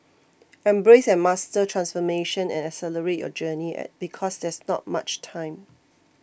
embrace and master transformation and accelerate your journey because there's not much time